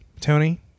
Tony